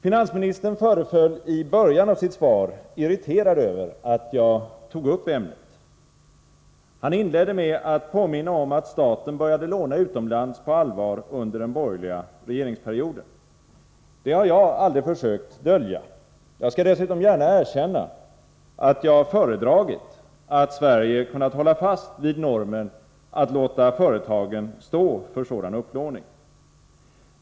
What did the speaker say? Finansministern föreföll i början av sitt svar irriterad över att jag tagit upp ämnet. Han inledde med att påminna om att staten började låna utomlands på allvar under den borgerliga regeringsperioden. Det har jag aldrig försökt dölja. Jag skall dessutom gärna erkänna att jag hade föredragit att Sverige kunnat hålla fast vid normen att låta företagen stå för sådan upplåning.